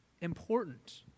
important